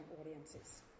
audiences